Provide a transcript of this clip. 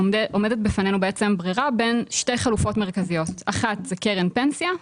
עומדת בפנינו בעצם ברירה בין שתי חלופות מרכזיות: אחת זה קרן פנסיה,